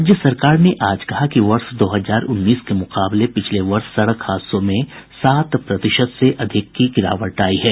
राज्य सरकार ने आज कहा कि वर्ष दो हजार उन्नीस के मुकाबले पिछले वर्ष सड़क हादसों में सात प्रतिशत से अधिक की गिरावट आयी है